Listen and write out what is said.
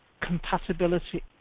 compatibility